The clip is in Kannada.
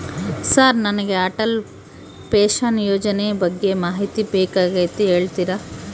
ಸರ್ ನನಗೆ ಅಟಲ್ ಪೆನ್ಶನ್ ಯೋಜನೆ ಬಗ್ಗೆ ಮಾಹಿತಿ ಬೇಕಾಗ್ಯದ ಹೇಳ್ತೇರಾ?